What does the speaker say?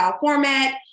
format